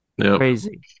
Crazy